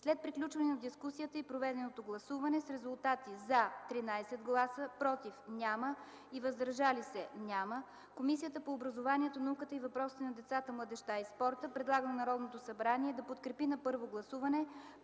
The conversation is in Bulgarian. След приключване на дискусията и проведено гласуване с резултати: „за” - 13 гласа, „против” и „въздържали се” - няма, Комисията по образованието, науката и въпросите на децата, младежта и спорта предлага на Народното събрание да подкрепи на първо гласуване